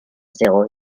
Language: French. zéro